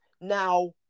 now